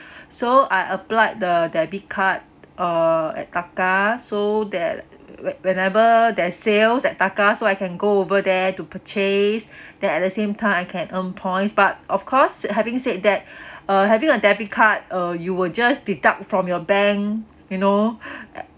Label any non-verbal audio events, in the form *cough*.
so I applied the debit card uh at taka so that whenever there're sales at taka so I can go over there to purchase then at the same time I can earn points but of course having said that uh having a debit card uh you will just deduct from your bank you know *breath*